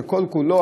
שכל כולו,